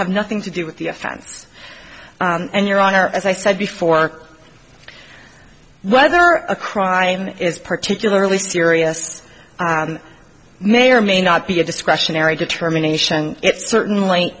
have nothing to do with the offense and your honor as i said before whether a crime is particularly serious may or may not be a discretionary determination it certainly